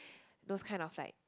those kind of like